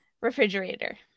refrigerator